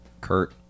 Kurt